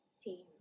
team